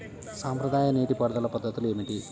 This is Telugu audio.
సాంప్రదాయ నీటి పారుదల పద్ధతులు ఏమిటి?